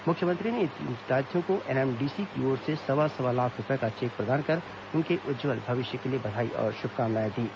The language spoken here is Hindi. मुख्यमंत्री ने इन विद्यार्थियों को एनएमडीसी की ओर से सवा सवा लाख रूपये का चेक प्रदान कर उनके उज्जवल भविष्य के लिए बधाई और शुभकामनाएं दीं